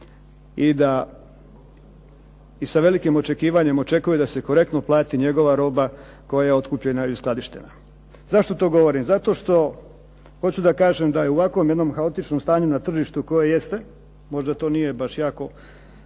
i sa velikim očekivanjem očekuju da se korektno plati njegova roba koja je otkupljena i uskladištena. Zašto to govorim? Zato što hoću da kažem da je u ovakvom jednom kaotičnom stanju na tržištu koje jeste, možda to nije baš jako